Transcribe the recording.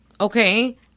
okay